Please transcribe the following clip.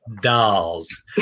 dolls